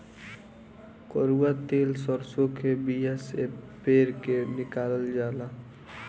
कड़ुआ तेल सरसों के बिया से पेर के निकालल जाला